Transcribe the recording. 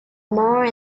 more